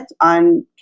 on